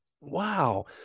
Wow